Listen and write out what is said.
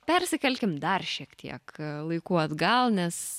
persikelkim dar šiek tiek laiku atgal nes